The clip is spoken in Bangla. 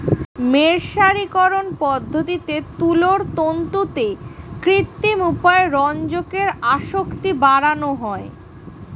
মের্সারিকরন পদ্ধতিতে তুলোর তন্তুতে কৃত্রিম উপায়ে রঞ্জকের আসক্তি বাড়ানো হয়